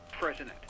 president